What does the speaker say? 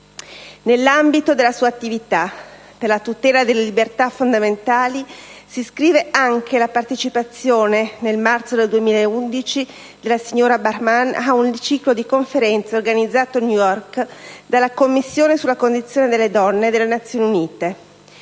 Nell'ambito della sua attività per la tutela delle libertà fondamentali si iscrive anche la partecipazione, nel marzo del 2011, della signora Bahrman a un ciclo di conferenze organizzato a New York dalla Commissione sulla condizione delle donne delle Nazioni Unite.